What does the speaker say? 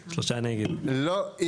נו,